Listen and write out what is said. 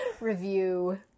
Review